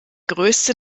größte